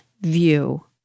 view